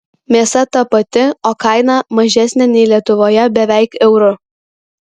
mėsa ta pati o kaina mažesnė nei lietuvoje beveik euru